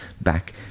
back